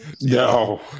No